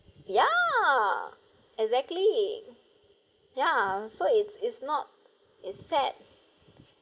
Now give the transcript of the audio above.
yeah exactly yeah so it's it's not it's sad